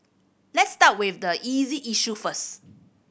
let's start with the easy issue first